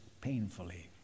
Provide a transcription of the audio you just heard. painfully